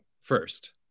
first